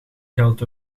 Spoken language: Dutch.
geld